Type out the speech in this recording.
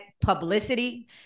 publicity